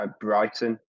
Brighton